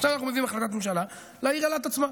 עכשיו אנחנו מביאים החלטת ממשלה לעיר אילת עצמה.